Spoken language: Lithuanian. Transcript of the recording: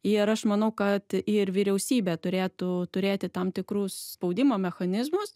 ir aš manau kad ir vyriausybė turėtų turėti tam tikrus spaudimo mechanizmus